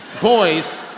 Boys